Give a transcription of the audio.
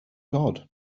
god